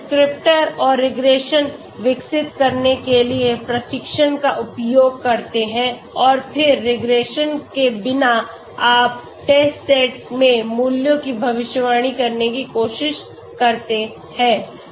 आप डिस्क्रिप्टर और रिग्रेशन विकसित करने के लिए प्रशिक्षण का उपयोग करते हैं और फिर रिग्रेशन के बिना आप टेस्ट सेट में मूल्यों की भविष्यवाणी करने की कोशिश करते हैं